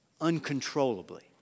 uncontrollably